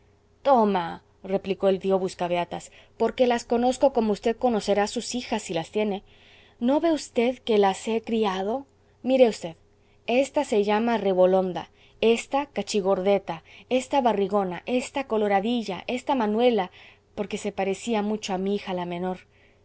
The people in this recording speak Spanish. otras son las suyas toma replicó el tío buscabeatas porque las conozco como v conocerá a sus hijas si las tiene no ve v que las he criado mire v ésta se llama rebolonda ésta cachigordeta ésta barrigona ésta coloradilla ésta manuela porque se parecía mucho a mi hija la menor